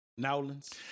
Nowlands